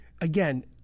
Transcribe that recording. again